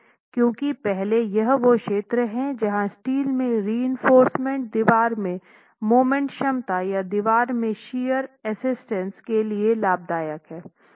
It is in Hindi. क्योंकि पहले यह वो क्षेत्र है जहाँ स्टील में रिइंफोर्समेन्ट दीवार में मोमेंट क्षमता या दीवार में शियर असिस्टेंस के लिए लाभदायक हैं